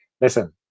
listen